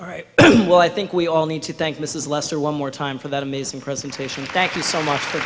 right well i think we all need to thank mrs lester one more time for that amazing presentation thank you so much for